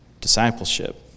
discipleship